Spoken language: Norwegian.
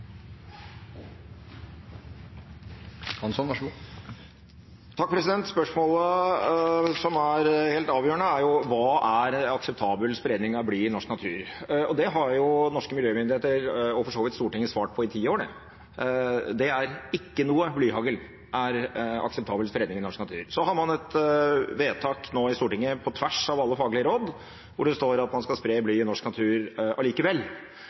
helt avgjørende, er: Hva er akseptabel spredning av bly i norsk natur? Det har norske miljømyndigheter – for så vidt også Stortinget – svart på i ti år: Ikke noe blyhagl er akseptabel spredning i norsk natur. Så har man fått et vedtak i Stortinget, på tvers av alle faglige råd, hvor det står at man skal spre bly i norsk natur